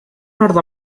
nord